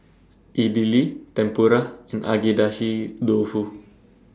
Idili Tempura and Agedashi Dofu